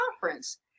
conference